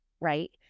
right